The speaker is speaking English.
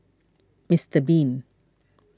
Mister Bean